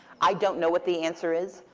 i don't know what the answer is.